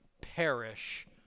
perish